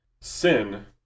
Sin